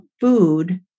food